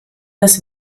das